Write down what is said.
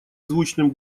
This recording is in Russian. звучным